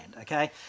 okay